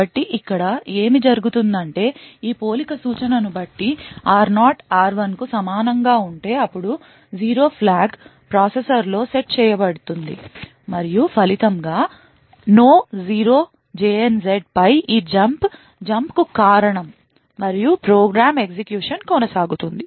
కాబట్టి ఇక్కడ ఏమి జరుగుతుందంటే ఈ పోలిక సూచనను బట్టి r0 r1 కు సమానంగా ఉంటే అప్పుడు 0 ఫ్లాగ్ ప్రాసెసర్లో సెట్ చేయబడుతుంది మరియు ఫలితంగా no 0 పై ఈ జంప్ జంప్కు కారణం మరియు ప్రోగ్రామ్ ఎగ్జిక్యూషన్ కొనసాగుతుంది